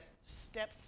step